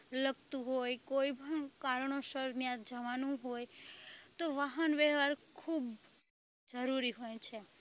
લગતું હોય કોઈપણ કારણોસર ત્યાં જવાનું હોય તો વાહન વ્યવહાર ખૂબ જરૂરી હોય છે